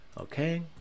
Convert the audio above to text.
Okay